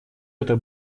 это